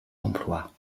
emploi